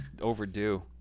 overdue